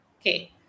Okay